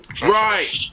Right